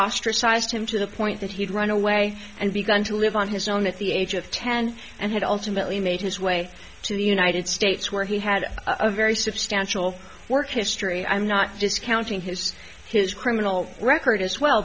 ostracized him to the point that he had run away and begun to live on his own at the age of ten and had ultimately made his way to the united states where he had a very substantial work history i'm not discounting his his criminal record as well